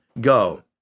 go